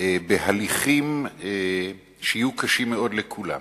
בהליכים שיהיו קשים מאוד לכולם.